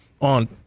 on